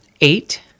eight